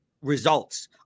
results